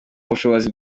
ubushobozi